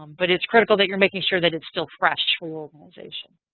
um but it's critical that you're making sure that it's still fresh for your organization.